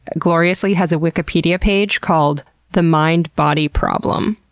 gloriously, has a wikipedia page called the mind-body problem,